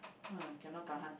ah cannot tahan